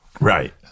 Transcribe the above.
Right